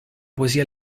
poesia